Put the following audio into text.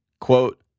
quote